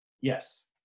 Yes